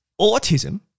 Autism